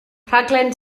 rhaglen